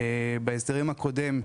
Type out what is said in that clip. בחוק ההסדרים הקודם,